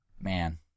man